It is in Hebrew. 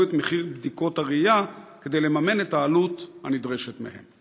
את מחיר בדיקות הראייה כדי לממן את העלות הנדרשת מהם?